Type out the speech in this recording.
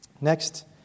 Next